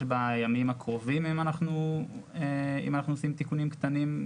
בימים הקרובים אם אנחנו עושים תיקונים קטנים,